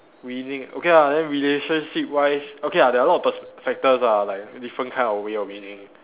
winning okay ah then relationship wise okay ah there are lots of pers~ factors ah like different kind of ways of winning